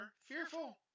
fearful